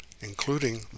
including